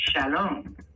Shalom